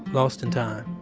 lost in time.